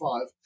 five